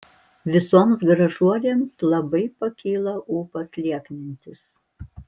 visoms gražuolėms labai pakyla ūpas lieknintis